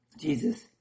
Jesus